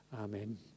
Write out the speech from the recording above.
Amen